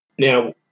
Now